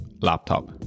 laptop